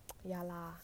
ya lah